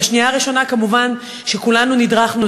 בשנייה הראשונה כמובן כולנו נדרכנו,